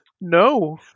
No